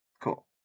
Cool